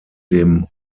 dem